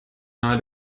nahe